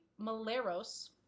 Maleros-